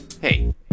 Hey